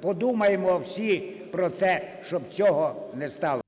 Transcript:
подумаємо всі про це, щоб цього не сталося…